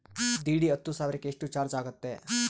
DD ಹತ್ತು ಸಾವಿರಕ್ಕೆ ಎಷ್ಟು ಚಾಜ್೯ ಆಗತ್ತೆ?